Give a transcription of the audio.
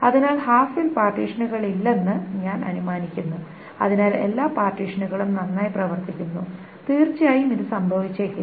അതിനാൽ half fill പാർട്ടീഷനുകളില്ലെന്ന് ഞാൻ അനുമാനിക്കുന്നു അതിനാൽ എല്ലാ പാർട്ടീഷനുകളും നന്നായി പ്രവർത്തിക്കുന്നു തീർച്ചയായും ഇത് സംഭവിച്ചേക്കില്ല